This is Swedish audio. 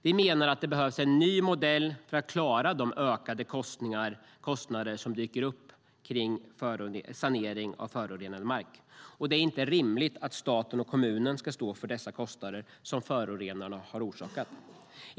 Vi menar att det behövs en ny modell för att klara de ökade kostnaderna för sanering av förorenad mark. Det är inte rimligt att staten och kommunerna ska stå för kostnader som förorenare orsakat.